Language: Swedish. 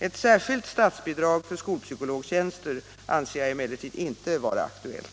Ett särskilt statsbidrag för skolpsykologtjänster anser jag emellertid inte vara aktuellt.